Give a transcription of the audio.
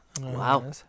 Wow